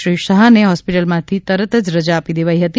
શ્રી શાહને હોસ્પીટલમાંથી તુરંત રજા આપી દેવાઇ હતી